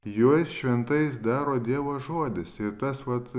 juos šventais daro dievo žodis ir tas vat